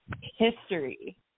history